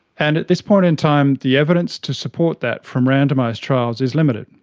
and at this point in time the evidence to support that from randomised trials is limited.